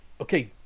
okay